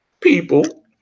People